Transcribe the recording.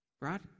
Right